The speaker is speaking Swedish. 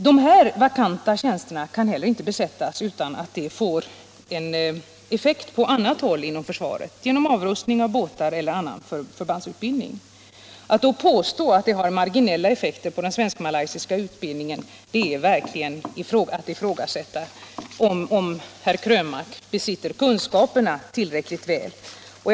De vakanta tjänsterna kan inte heller besättas utan att det får en effekt på annat håll inom försvaret, genom avrustning av båtar eller av annan förbandsutbildning. När herr Krönmark påstår att det har marginella effekter på den svensk-malaysiska utbildningen, kan man verkligen ifrågasätta om herr Krönmark har tillräckliga kunskaper.